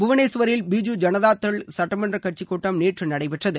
புவனேஸ்வரில்பிஜு ஜனதாதள் சட்டமன்ற கட்சிக்கூட்டம் நேற்று நடைபெற்றது